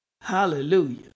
Hallelujah